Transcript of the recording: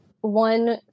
One